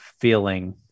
feeling